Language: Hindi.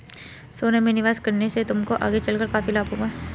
सोने में निवेश करने से तुमको आगे चलकर काफी लाभ होगा